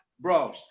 Bro